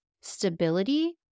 stability